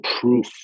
proof